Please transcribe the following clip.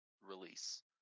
release